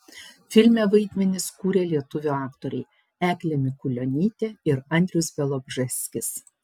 filme vaidmenis kūrė lietuvių aktoriai eglė mikulionytė ir andrius bialobžeskis